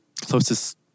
closest